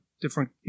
different